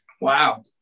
Wow